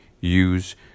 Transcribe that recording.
use